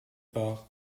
par